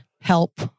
help